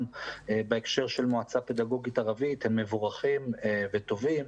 בהקשר של מועצה פדגוגית ערבית הם מבורכים וטובים.